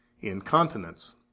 Incontinence